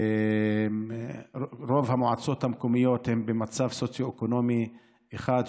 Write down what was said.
רוב המועצות המקומיות במצב סוציו-אקונומי 1,